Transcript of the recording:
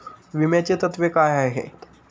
विम्याची तत्वे काय आहेत?